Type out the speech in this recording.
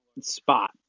spot